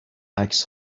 عکس